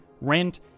rent